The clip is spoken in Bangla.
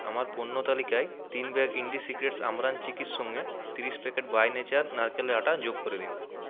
আমার পণ্য তালিকায় তিন ব্যাগ ইন্ডিসিক্রেটস আমরান্থ চিকির সঙ্গে ত্রিশ প্যাকেট বাই নেচার নারকেলের আটা যোগ করে দিন